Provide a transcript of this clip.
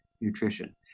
nutrition